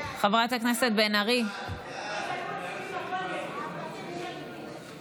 (הגבלת דמי חניה בחניוני בתי חולים), התשפ"ג 2023,